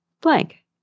blank